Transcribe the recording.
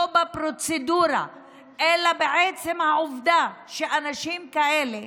בפרוצדורה אלא בעצם העובדה שאנשים כאלה,